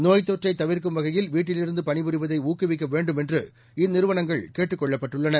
நோய்த் தொற்றை தவிர்க்கும் வகையில் வீட்டிலிருந்து பணிபுரிவதை ஊக்குவிக்க வேண்டும் என்று இந்நிறுவனங்கள் கேட்டுக் கொள்ளப்பட்டுள்ளன